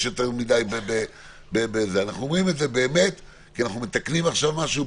אנחנו מתקנים עכשיו משהו,